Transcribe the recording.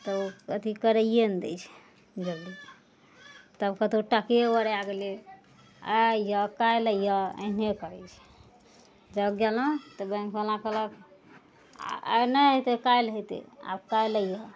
तऽ अथी करिये नहि दै छै जल्दी तब कहतौ टके ओराय गेलइ आइ आउ काल्हि आउ एहने करय छै जब गेलहुँ तऽ बैंकवला कहलक आइ नहि हेतय काल्हि हेतय आब काल्हि अइहऽ